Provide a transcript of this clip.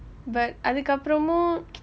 but அதுக்கு அப்புறமும்:athukku appuramum